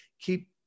keep